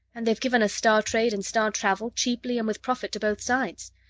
and they've given us star-trade, and star-travel, cheaply and with profit to both sides.